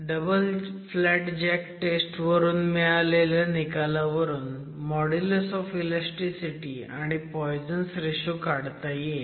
double flat jack test वरून मिळालेल्या निकालावरून मॉड्युलस ऑफ इलॅस्टीसिटी आणि पॉयझन्स रेशो काढता येईल